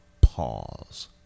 pause